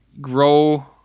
grow